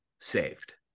saved